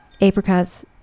apricots